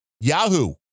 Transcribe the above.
Yahoo